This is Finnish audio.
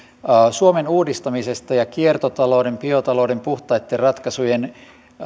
suomen uudistamisesta ja kiertotalouden biotalouden puhtaitten ratkaisujen